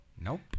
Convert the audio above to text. Nope